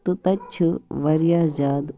تہٕ تَتہِ چھُ واریاہ زیادٕ اَصٕل مَزٕ